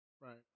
Right